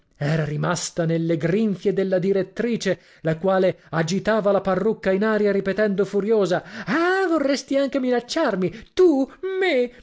era rimasta nelle grinfie della direttrice la quale agitava la parrucca in aria ripetendo furiosa ah vorresti anche minacciarmi tu me e